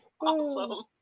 Awesome